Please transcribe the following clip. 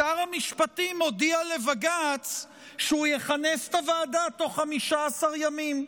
שר המשפטים הודיע לבג"ץ שהוא יכנס את הוועדה תוך 15 ימים.